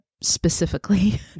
specifically